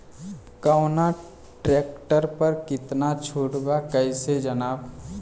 कवना ट्रेक्टर पर कितना छूट बा कैसे जानब?